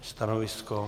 Stanovisko?